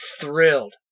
thrilled